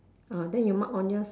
ah then you mark on yours